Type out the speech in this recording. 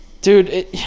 Dude